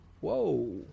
Whoa